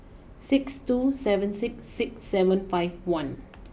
six two seven six six seven five one